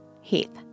Heath